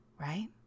right